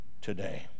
today